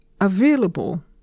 available